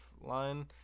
line